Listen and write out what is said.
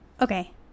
Okay